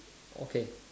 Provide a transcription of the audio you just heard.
okay